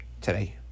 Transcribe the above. today